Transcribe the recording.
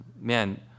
man